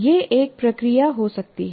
यह एक प्रक्रिया हो सकती है